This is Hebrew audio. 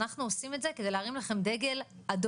אנחנו עושים את זה כדי להרים לכם דגל אדום,